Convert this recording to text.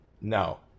No